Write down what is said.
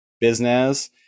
business